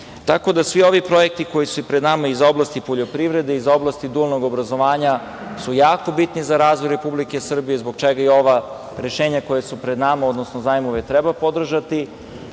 Tako da svi ovi projekti koji su pred nama iz oblasti poljoprivrede, iz oblasti dualnog obrazovanja su jako bitni za razvoj Republike Srbije, zbog čega i ova rešenja koja su pred nama, odnosno zajmove treba podržati,